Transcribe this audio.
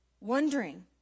Wondering